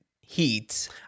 heat